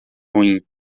ruim